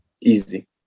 easy